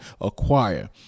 acquire